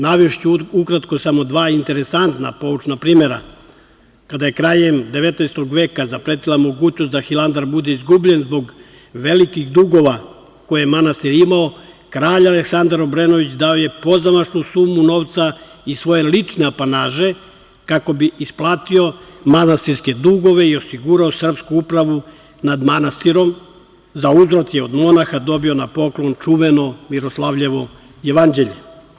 Navešću ukratko samo dva interesantna poučna primera kada je krajem 19. veka zapretila mogućnost da Hilandar bude izgubljen zbog velikih dugova koje je manastir imao, kralj Aleksandar Obrenović dao je pozamašnu sumu novca iz svoje lične apanaže kako bi isplatio manastirske dugove i osigurao srpsku upravu nad manastirom, za uzvrat je od monaha dobio na poklon čuveno Miroslavljevo jevanđelje.